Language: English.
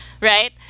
right